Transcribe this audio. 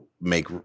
make